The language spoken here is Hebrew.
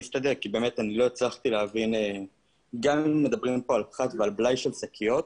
גם אם מדובר על פחת ובלאי של שקיות,